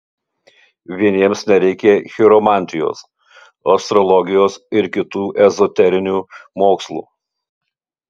vieniems nereikia chiromantijos astrologijos ir kitų ezoterinių mokslų